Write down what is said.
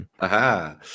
Aha